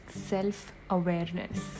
self-awareness